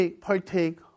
partake